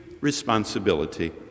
responsibility